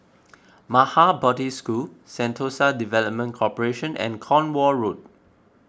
Maha Bodhi School Sentosa Development Corporation and Cornwall Road